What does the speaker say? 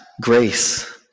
grace